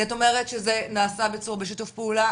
כי את אומרת שזה נעשה בשיתוף פעולה,